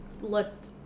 looked